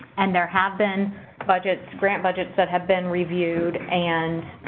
and there have been budgets, grant budgets, that have been reviewed and